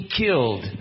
killed